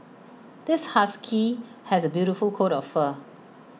this husky has A beautiful coat of fur